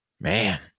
man